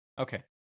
Okay